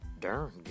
darn